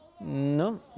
No